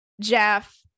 Jeff